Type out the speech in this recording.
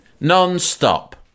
Non-stop